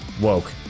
woke